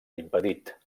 impedit